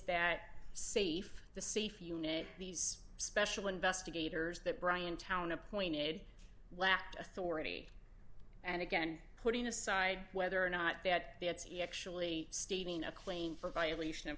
that safe the safe unit these special investigators that brian town appointed whapped authority and again putting aside whether or not that he actually stating a claim for violation of